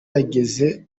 yageze